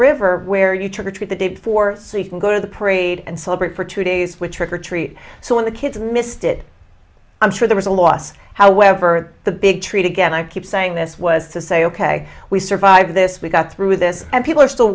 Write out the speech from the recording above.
river where you trick or treat the day before so you can go to the parade and celebrate for two days with trick or treat so when the kids missed it i'm sure there was a loss however the big treat again i keep saying this was to say ok we survived this we got through this and people are still